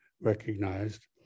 recognized